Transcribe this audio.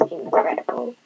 incredible